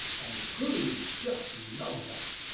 and crews just love that.